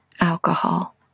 alcohol